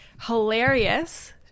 hilarious